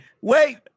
wait